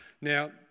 now